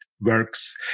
works